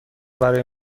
برای